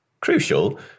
crucial